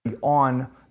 on